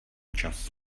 čas